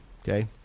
Okay